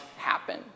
happen